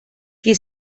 qui